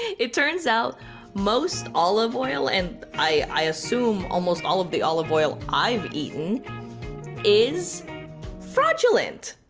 it turns out most olive oil and i assume almost all of the olive oil i've eaten is fraudulent,